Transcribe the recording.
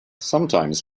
sometimes